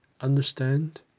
understand